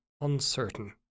uncertain